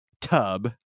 tub